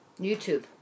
YouTube